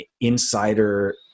insider